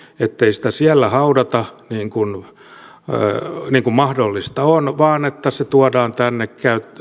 ettei sitä siellä haudata niin kuin mahdollista on vaan että se tuodaan tänne